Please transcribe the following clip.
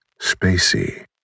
Spacey